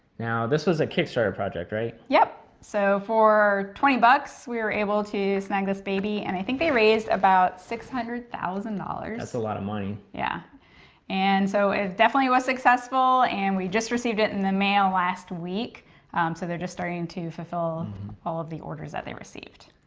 now this was a kickstarter project, right? yep. so for twenty bucks we were able to snag this baby and i think they raised about six hundred thousand dollars. that's a lot of money. yeah and so it definitely was successful and we just received it in the mail last week so they're just starting to fulfill all of the orders that they received.